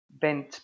bent